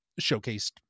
showcased